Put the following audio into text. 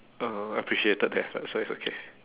uh appreciated the effort so it's okay